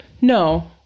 No